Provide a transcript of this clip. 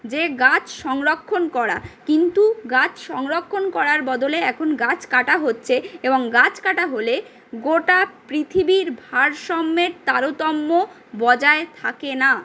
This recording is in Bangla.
যে গাছ সংরক্ষণ করা কিন্তু গাছ সংরক্ষণ করার বদলে এখন গাছ কাটা হচ্ছে এবং গাছ কাটা হলে গোটা পৃথিবীর ভারসম্যের তারতম্য বজায় থাকে না